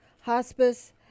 hospice